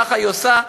ככה היא עושה,